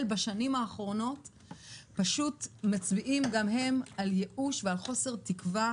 בשנים האחרונות מצביעים גם הם על ייאוש ועל חוסר תקווה